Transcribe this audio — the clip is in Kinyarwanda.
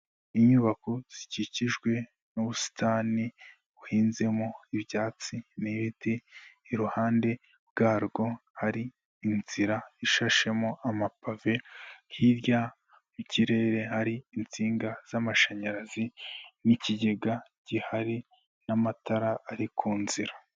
Inyubako zikikijwe n'ubusitani buhinzemo ibyatsi n'ibiti iruhande bwarwo hari inzira ishashemo amapave hirya yikirere hari insinga z'amashanyarazi n'ikigega gihari n'amatara ari ku nzira.